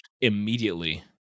immediately